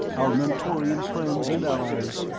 our mentorian friends and allies.